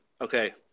okay